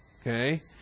Okay